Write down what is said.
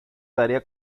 daría